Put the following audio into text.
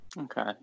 Okay